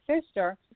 sister